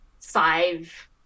five